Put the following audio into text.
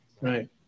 Right